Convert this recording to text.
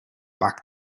back